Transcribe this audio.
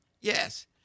Yes